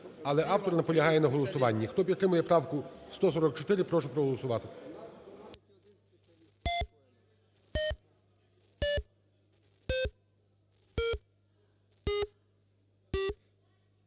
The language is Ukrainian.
але автор наполягає на голосуванні. Хто підтримує правку 144, прошу проголосувати.